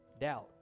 Doubt